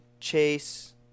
Chase